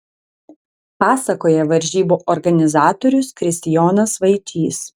pasakoja varžybų organizatorius kristijonas vaičys